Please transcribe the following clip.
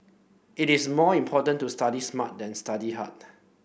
it is more important to study smart than study hard